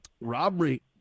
robbery